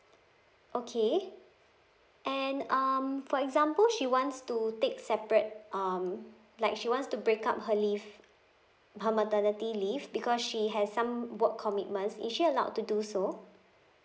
okay and um for example she wants to take separate um like she wants to break up her leave her maternity leave because she has some work commitments is she allowed to do so